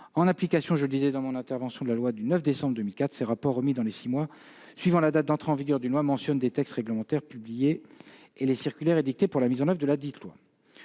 de rapports remis en application de la loi du 9 décembre 2004. Ces rapports remis dans les six mois suivant la date d'entrée en vigueur d'une loi mentionnent les textes réglementaires et les circulaires publiés pour la mise en oeuvre de ladite loi.